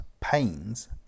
pains